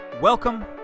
welcome